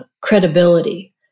credibility